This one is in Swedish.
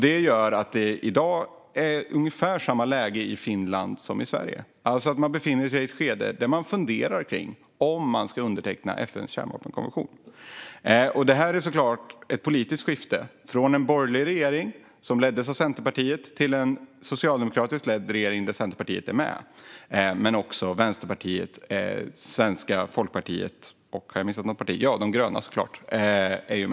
Det gör att det i dag är ungefär samma läge i Finland som vi har i Sverige. De befinner sig i ett skede där de funderar på om de ska underteckna FN:s kärnvapenkonvention. Detta är såklart ett politiskt skifte från en borgerlig regering, som leddes av Centern, till en socialdemokratisk regering där Centern finns med. I denna regering finns även Vänsterförbundet, Svenska folkpartiet och De gröna.